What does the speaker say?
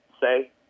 say